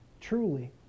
truly